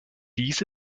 dies